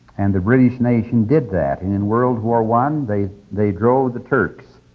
and the british nation did that. and in world war one, they they drove the turks